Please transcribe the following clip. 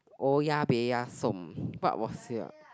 owa peya som what was ya